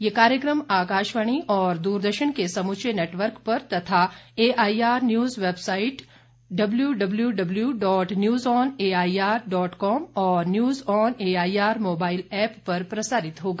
ये कार्यक्रम आकाशवाणी और द्रदर्शन के समूचे नेटवर्क पर तथा AIR news website W W W dot news on AIR dot com और news on AIR mobile app पर प्रसारित होगा